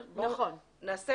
נעשה